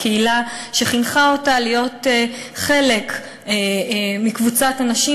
בקהילה שחינכה אותה להיות חלק מקבוצת הנשים.